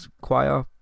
choir